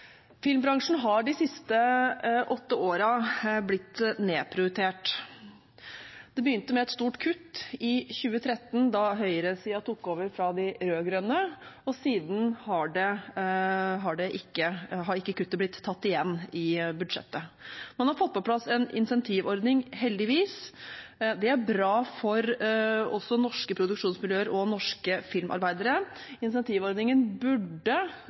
Filmbransjen har de siste åtte årene blitt nedprioritert. Det begynte med et stort kutt i 2013, da høyresiden tok over fra de rød-grønne, og siden har ikke kuttet blitt tatt igjen i budsjettet. Man har fått på plass en insentivordning, heldigvis. Det er bra også for norske produksjonsmiljøer og norske filmarbeidere. Insentivordningen burde